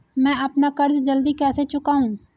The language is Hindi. मैं अपना कर्ज जल्दी कैसे चुकाऊं?